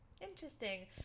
interesting